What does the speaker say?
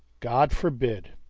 god forbid.